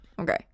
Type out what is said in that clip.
okay